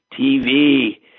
TV